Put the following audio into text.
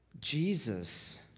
Jesus